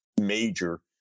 major